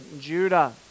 Judah